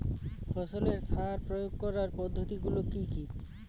ফসলের সার প্রয়োগ করার পদ্ধতি গুলো কি কি?